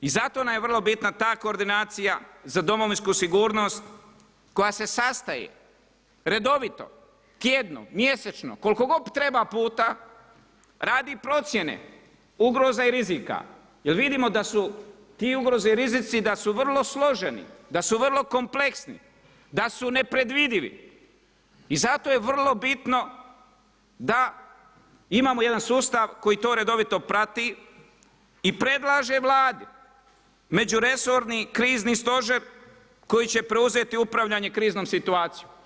I zato nam je vrlo bitna ta koordinacija za domovinsku sigurnost koja se sastaje redovito, tjedno, mjesečno, koliko god treba puta radi procjene ugroze i rizika, jer vidimo da su ti ugrozi i rizici da su vrlo složeni da su vrlo kompleksni, da su nepredvidivi i zato je vrlo bitno da imamo jedan sustav koji to redovito prati i predlaže Vlade međuresorni krizni stožer koji će preuzeti upravljanje kriznom situacijom.